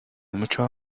mucho